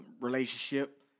relationship